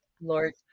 Lord